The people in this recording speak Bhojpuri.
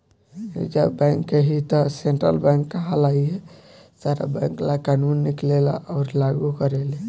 रिज़र्व बैंक के ही त सेन्ट्रल बैंक कहाला इहे सारा बैंक ला कानून निकालेले अउर लागू करेले